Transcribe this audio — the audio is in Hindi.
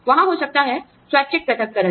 वहाँ हो सकता है स्वैच्छिक पृथक्करण